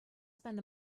spend